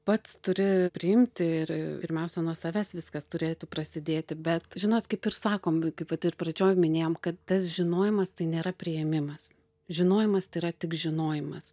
pats turi priimti ir pirmiausia nuo savęs viskas turėtų prasidėti bet žinot kaip ir sakom kaip vat ir pradžioj minėjom kad tas žinojimas tai nėra priėmimas žinojimas tai yra tik žinojimas